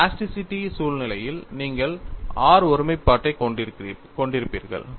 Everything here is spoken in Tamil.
பிளாஸ்டிசிட்டி சூழ்நிலையில் நீங்கள் r ஒருமைப்பாட்டைக் கொண்டிருப்பீர்கள்